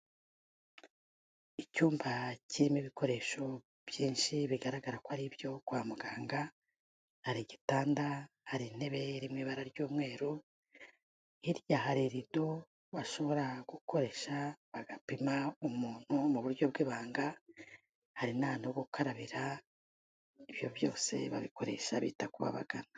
Icyumba kirimo ibikoresho byinshi bigaragara ko ari ibyo kwa muganga, hari igitanda, hari intebe iri mu ibara ry'umweru, hirya hari irido bashobora gukoresha bagapima umuntu mu buryo bw'ibanga, hari n'ahantu ho gukarabira, ibyo byose babikoresha bita kubabagana.